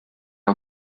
撤销